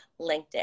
LinkedIn